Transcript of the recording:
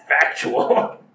factual